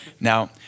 Now